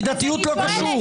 מידתיות זה לא קשור.